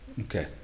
okay